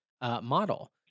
model